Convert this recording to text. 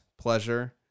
pleasure